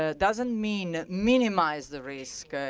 ah doesn't mean minimize the risk.